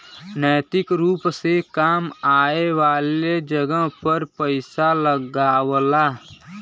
नैतिक रुप से काम आए वाले जगह पर पइसा लगावला